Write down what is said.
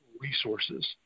resources